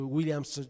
Williams